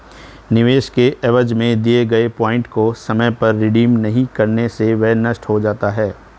निवेश के एवज में दिए गए पॉइंट को समय पर रिडीम नहीं करने से वह नष्ट हो जाता है